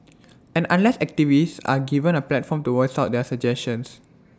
and unless activists are given A platform to voice out their suggestions